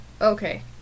Okay